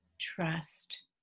trust